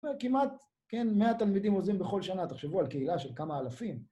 כמעט 100 תלמידים עוזרים בכל שנה, תחשבו על קהילה של כמה אלפים.